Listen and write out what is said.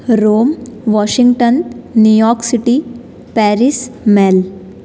Rome Washington New York city Paris mel